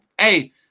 hey